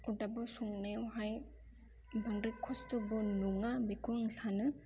अरदाबाव संनायावहाय बांद्राय खस्थ'बो नङा बेखौ आं सानो